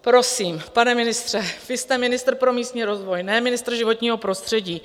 Prosím, pane ministře, vy jste ministr pro místní rozvoj, ne ministr životního prostředí.